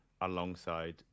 alongside